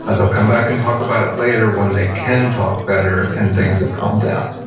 ah they'll come back and talk about it later when they can talk better, and things are calmed down